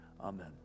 Amen